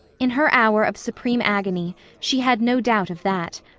in her hour of supreme agony she had no doubt of that.